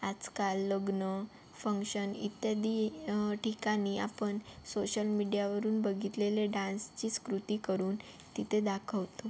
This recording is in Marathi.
आजकाल लग्न फंक्शन इत्यादी ठिकाणी आपण सोशल मीडियावरून बघितलेले डान्सचीच कृती करून तिथे दाखवतो